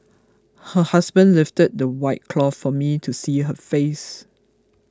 her husband lifted the white cloth for me to see her face